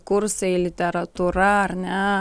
kursai literatūra ar ne